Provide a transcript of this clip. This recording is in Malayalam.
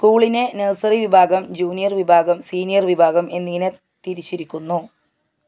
സ്കൂളിനെ നഴ്സറി വിഭാഗം ജൂനിയർ വിഭാഗം സീനിയർ വിഭാഗം എന്നിങ്ങനെ തിരിച്ചിരിക്കുന്നു